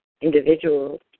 individuals